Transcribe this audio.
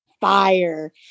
fire